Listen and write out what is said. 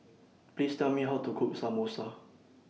Please Tell Me How to Cook Samosa